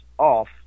off